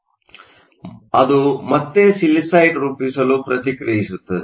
ಅದು ಮತ್ತೆ ಸಿಲಿಸೈಡ್ ರೂಪಿಸಲು ಪ್ರತಿಕ್ರಿಯಿಸುತ್ತದೆ